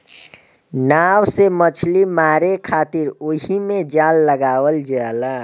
नाव से मछली मारे खातिर ओहिमे जाल लगावल जाला